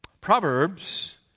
Proverbs